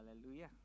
Hallelujah